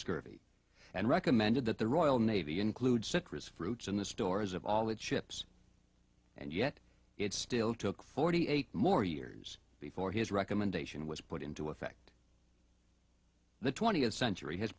scurvy and recommended that the royal navy include citrus fruits in the stores of all the chips and yet it still took forty eight more years before his recommendation was put into effect the twentieth century has